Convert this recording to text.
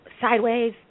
sideways